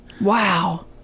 wow